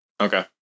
Okay